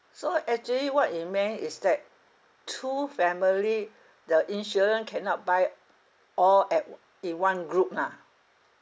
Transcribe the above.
so actually what you meant is that two family the insurance cannot buy all at o~ in one group lah